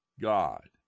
God